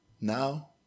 Now